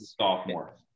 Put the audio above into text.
sophomore